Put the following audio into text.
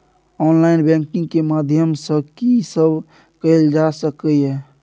Online banking के माध्यम सं की सब कैल जा सके ये?